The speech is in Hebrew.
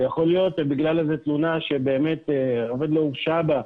ובגלל איזו תלונה שבאמת עובד לא הורשע בה,